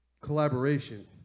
Collaboration